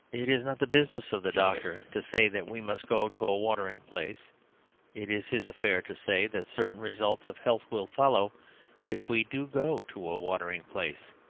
it is not the business of the doctor to say that we must go to a watering-place it is his affair to say that certain results of health will follow if we do go to a watering-place.